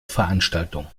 veranstaltung